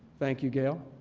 thank you, gail.